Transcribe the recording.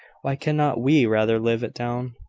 why cannot we rather live it down?